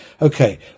Okay